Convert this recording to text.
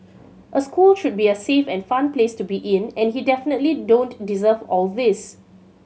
a school should be a safe and fun place to be in and he definitely don't deserve all these